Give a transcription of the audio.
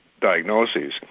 diagnoses